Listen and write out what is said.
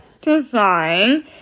design